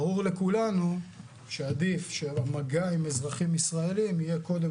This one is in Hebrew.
ברור לכולנו שעדיף שבמגע עם אזרחים ישראלים יהיה קודם